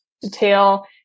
detail